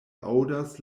aŭdas